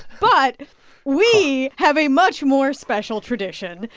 but we have a much more special tradition.